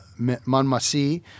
Manmasi